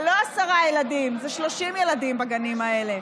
זה לא עשרה ילדים, זה 30 ילדים בגנים האלה.